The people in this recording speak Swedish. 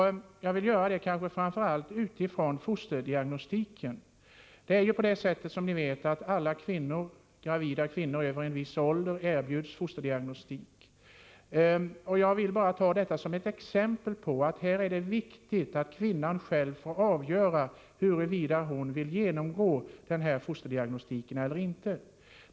Framför allt vill jag göra det utifrån fosterdiagnostiken. Det är som ni vet på det sättet att alla gravida kvinnor över en viss ålder erbjuds fosterdiagnostik. Jag vill bara ta som ett exempel, att det är viktigt att kvinnan själv får avgöra huruvida hon vill genomgå denna fosterdiagnostik eller inte.